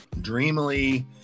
dreamily